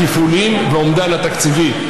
התפעוליים והאומדן התקציבי.